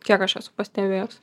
kiek aš esu pastebėjus